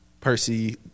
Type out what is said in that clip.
Percy